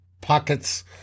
pockets